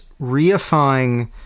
reifying